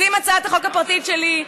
אז אם הצעת החוק הפרטית שלי,